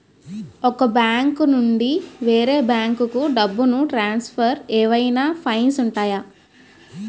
ఒక బ్యాంకు నుండి వేరే బ్యాంకుకు డబ్బును ట్రాన్సఫర్ ఏవైనా ఫైన్స్ ఉంటాయా?